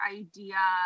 idea